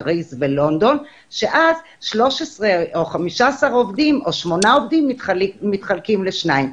פאריס ולונדון שאז 13 או 15 עובדים או שמונה עובדים מתחלקים לשניים.